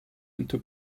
into